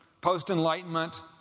post-Enlightenment